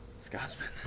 Scotsman